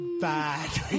bad